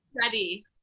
ready